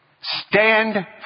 Stand